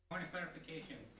point of clarification.